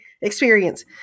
experience